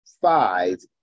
five